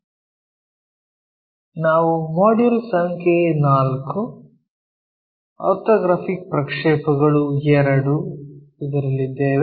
ನಾವು ಮಾಡ್ಯೂಲ್ ಸಂಖ್ಯೆ 4 ಆರ್ಥೋಗ್ರಾಫಿಕ್ ಪ್ರಕ್ಷೇಪಗಳು II ನಲ್ಲಿದ್ದೇವೆ